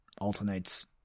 alternates